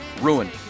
Ruined